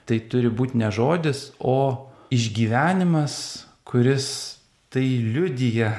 tai turi būt ne žodis o išgyvenimas kuris tai liudija